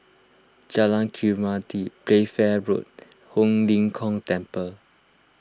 Jalan Khairuddin Playfair Road Ho Lim Kong Temple